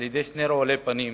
בידי שני רעולי פנים,